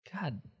God